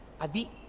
Adi